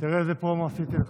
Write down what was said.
תראה איזה פרומו עשיתי לך,